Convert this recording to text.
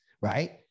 Right